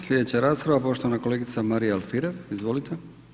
Slijedeća rasprava, poštovana kolegica Marija Alfirev, izvolite.